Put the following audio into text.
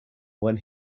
when